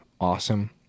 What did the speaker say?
awesome